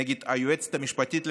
נגד היועצת המשפטית לממשלה,